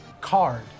card